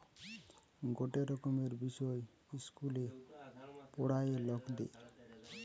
গটে রকমের বিষয় ইস্কুলে পোড়ায়ে লকদের